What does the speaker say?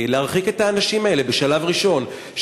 להרחיק את האנשים האלה בשלב ראשון,